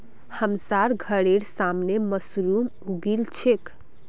हमसार घरेर सामने मशरूम उगील छेक